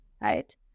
right